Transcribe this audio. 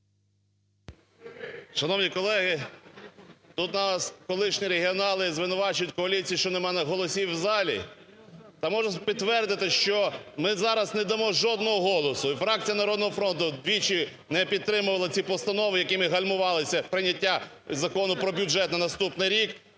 Шановні колеги, тут нас колишні регіонали звинувачують коаліцію, що нема голосів в залі. Та можу підтвердити, що ми зараз не дамо жодного голосу, і фракція "Народного фронту" двічі не підтримувала ці постанови, якими гальмувалося прийняття Закону про бюджет на наступний рік.